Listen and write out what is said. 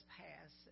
pass